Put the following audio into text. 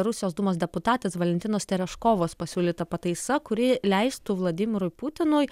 rusijos dūmos deputatas valentinos tereškovos pasiūlyta pataisa kuri leistų vladimirui putinui